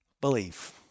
Believe